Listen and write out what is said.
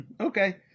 Okay